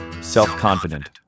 self-confident